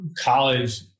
college